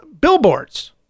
billboards